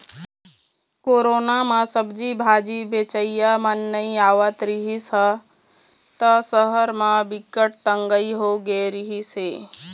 corona म सब्जी भाजी बेचइया मन नइ आवत रिहिस ह त सहर म बिकट तंगई होगे रिहिस हे